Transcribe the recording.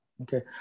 Okay